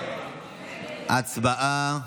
הצבעה.